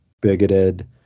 bigoted